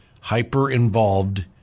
hyper-involved